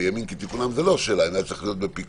בימים כתיקונם זאת לא שאלה ואם זה היה צריך להיות בפיקוח